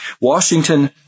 Washington